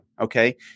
Okay